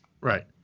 Right